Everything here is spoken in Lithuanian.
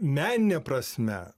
menine prasme